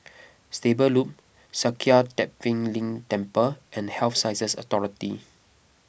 Stable Loop Sakya Tenphel Ling Temple and Health Sciences Authority